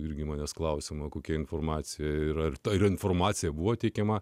irgi manęs klausiama kokia informacija ir ar ta informacija buvo teikiama